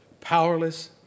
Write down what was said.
powerless